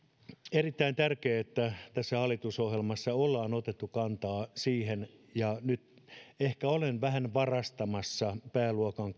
erittäin tärkeää että tässä hallitusohjelmassa ollaan otettu kantaa siihen nyt ehkä olen vähän varastamassa pääluokan